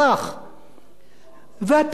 והפיתוי הגדול הזה שלנו,